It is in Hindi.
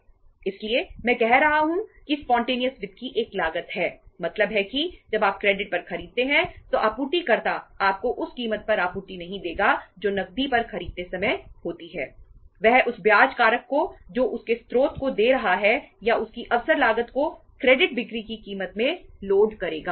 इसलिए मैं कह रहा हूं कि स्पॉन्टेनियस करेगा